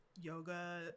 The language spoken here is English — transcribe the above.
yoga